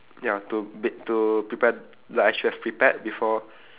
ya to b~ to prepare like I should have prepared before